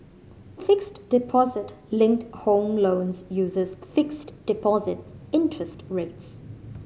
fixed deposit linked home loans uses fixed deposit interest rates